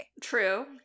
True